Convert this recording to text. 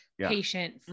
patient